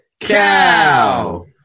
cow